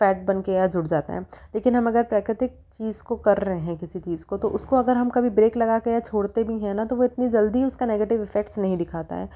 fat बन कर यहाँ जुड़ जाता है लेकिन हम अगर प्राकृतिक चीज को कर रहे हैं किसी चीज को तो उसको अगर हम कभी ब्रेक लगा के या छोड़ते भी हैं ना तो वो इतनी जल्दी उसका नेगेटिव इफेक्ट्स नहीं दिखाता है